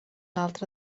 altre